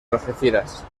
algeciras